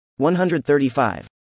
135